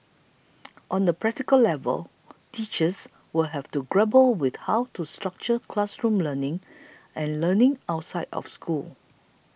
on a practical level teachers will have to grapple with how to structure classroom learning and learning outside of school